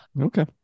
Okay